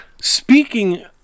Speaking